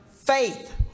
Faith